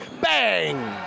bang